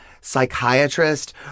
psychiatrist